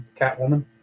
Catwoman